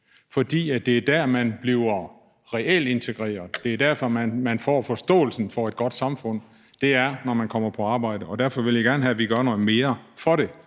fordi det er der, man bliver reelt integreret. Det er der, man får forståelsen for et godt samfund. Det er, når man kommer på arbejde, og derfor vil jeg gerne have, at vi gør noget mere for det.